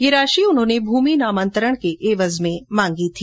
यह राशि उन्होने भूमि नामांतरण के एवज में मांगी थी